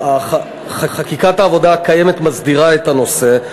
חקיקת העבודה הקיימת מסדירה את הנושא.